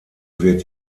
wird